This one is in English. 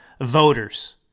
voters